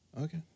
Okay